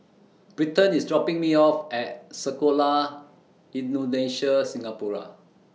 Britton IS dropping Me off At Sekolah Indonesia Singapura